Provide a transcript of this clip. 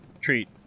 treat